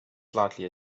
slightly